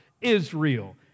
Israel